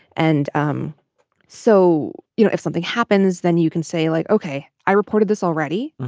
and um so you know if something happens then you can say like ok i reported this already.